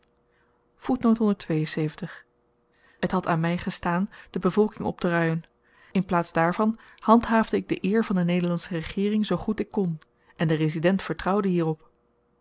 het had aan my gestaan de bevolking opteruien in plaats daarvan handhaafde ik de eer van de nederlandsche regeering zoo goed ik kon en de resident vertrouwde hierop